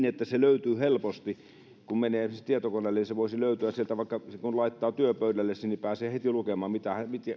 että se löytyy helposti kun menee esimerkiksi tietokoneelle niin se voisi löytyä sieltä vaikka kun laittaa työpöydälle sen niin pääsee heti lukemaan